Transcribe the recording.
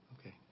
Okay